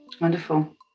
Wonderful